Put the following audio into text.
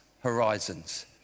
horizons